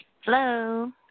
Hello